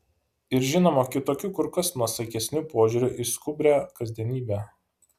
ir žinoma kitokiu kur kas nuosaikesniu požiūriu į skubrią kasdienybę